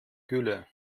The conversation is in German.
gülle